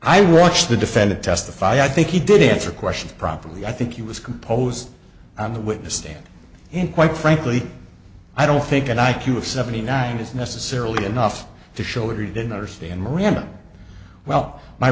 i watched the defendant testify i think he didn't answer questions properly i think he was composed on the witness stand and quite frankly i don't think an i q of seventy nine is necessarily enough to show that he didn't understand miranda well my